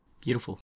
Beautiful